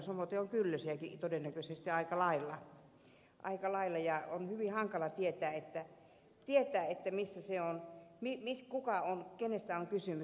samoiten on kyllösiäkin todennäköisesti aika lailla ja on hyvin hankala tietää missä se on villi kuka kenestä on kysymys